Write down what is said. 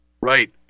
Right